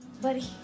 Buddy